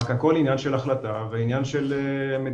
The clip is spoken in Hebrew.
רק הכול עניין של החלטה ועניין של מדיניות